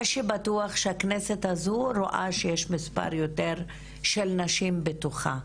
מה שבטוח שהכנסת הזו רואה שיש מספר יותר של נשים בתוכה.